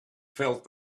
felt